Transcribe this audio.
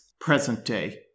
present-day